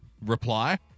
Reply